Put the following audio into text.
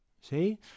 see